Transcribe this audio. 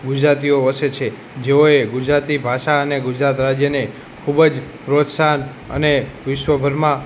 ગુજરાતીઓ વસે છે જેઓએ ગુજરાતી ભાષા અને ગુજરાત રાજ્યને ખૂબ જ પ્રોત્સાહન અને વિશ્વભરમાં